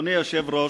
אדוני היושב-ראש,